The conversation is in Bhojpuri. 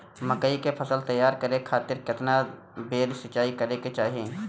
मकई के फसल तैयार करे खातीर केतना बेर सिचाई करे के चाही?